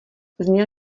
zněl